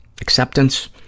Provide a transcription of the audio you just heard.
acceptance